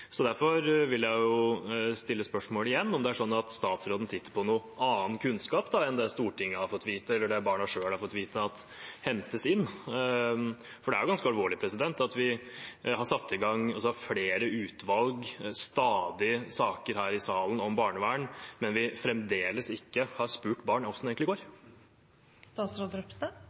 Derfor vil jeg stille spørsmålet igjen om det er slik at statsråden sitter på noen annen kunnskap enn det Stortinget har fått vite, eller det barna selv har fått vite, at hentes inn. Det er ganske alvorlig at vi har satt i gang flere utvalg, og det er stadig saker her i salen om barnevern, mens vi fremdeles ikke har spurt barna om hvordan det egentlig